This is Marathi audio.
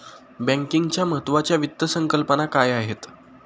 बँकिंगच्या महत्त्वाच्या वित्त संकल्पना काय आहेत?